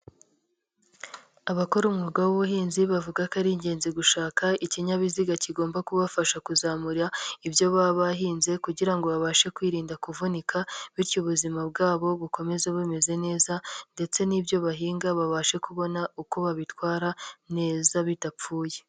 Abakora umwuga w'ubuhinzi bavuga ko ari ingenzi gushaka ikinyabiziga kigomba kubafasha kuzamura ibyo baba bahinze kugira ngo babashe kwirinda kuvunika, bityo ubuzima bwabo bukomeze bumeze neza ndetse n'ibyo bahinga babashe kubona uko babitwara neza bidapfuye.